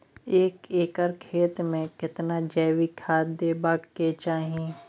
एक एकर खेत मे केतना जैविक खाद देबै के चाही?